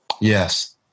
Yes